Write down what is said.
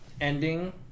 ending